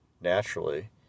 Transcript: naturally